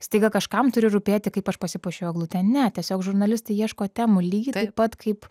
staiga kažkam turi rūpėti kaip aš pasipuošiau eglutę ne tiesiog žurnalistai ieško temų lygiai taip pat kaip